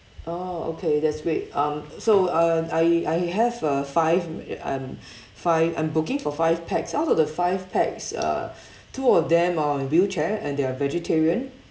oh okay that's great um so uh I I have a five uh um five I'm booking for five pax out of the five pax uh two of them on wheelchair and they're vegetarian